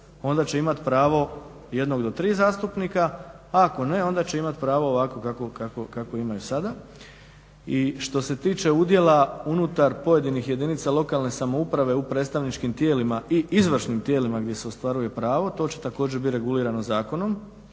onda će imati pravo 1 do 3 zastupnika, a ako ne onda će imat pravo ovako kao imaju sada. I što se tiče udjela unutar pojedinih jedinica lokalne samouprave u predstavničkim tijelima i izvršnim tijelima gdje se ostvaruje pravo, to će također biti regulirano zakonom,